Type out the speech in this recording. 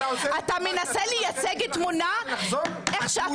אתה מנסה להציג תמונה איך שאתה רוצה.